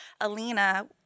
Alina